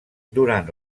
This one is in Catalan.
durant